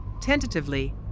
Tentatively